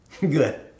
Good